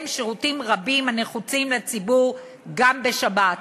שירותים רבים הנחוצים לציבור גם בשבת.